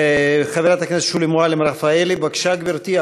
חברת הכנסת שולי מועלם-רפאלי, בבקשה, גברתי.